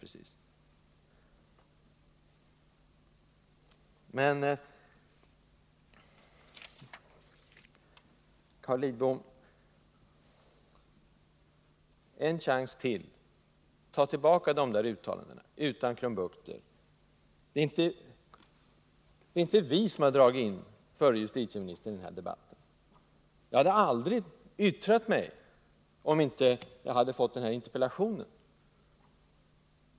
En chans till, Carl Lidbom: Ta tillbaka de där uttalandena utan krumbukter! Det är inte vi som har dragit in förre justitieministern i den här debatten. Jag hade aldrig yttrat mig, om jag inte hade sett interpellationen.